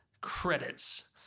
Credits